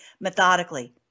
methodically